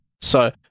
So-